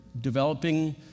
developing